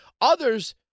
Others